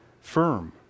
firm